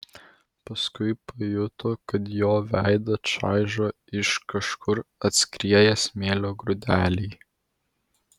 paskui pajuto kad jo veidą čaižo iš kažkur atskrieję smėlio grūdeliai